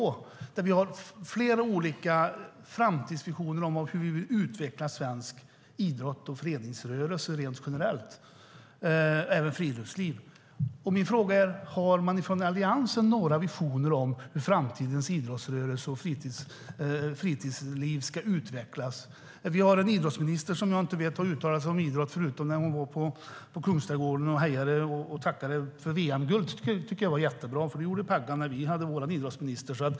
Där har vi flera olika framtidsvisioner om hur vi vill utveckla svensk idrotts och föreningsrörelse rent generellt, och det gäller även friluftslivet. Min fråga är: Har Alliansen några visioner om hur framtidens idrottsrörelse och fritidsliv ska utvecklas? Vi har en idrottsminister som jag inte har hört uttala sig om idrott förutom när hon var i Kungsträdgården och tackade för VM-guldet. Det tycker jag var jättebra, för det gjorde Pagrotsky när han var idrottsminister.